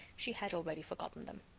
she had already forgotten them.